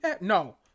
no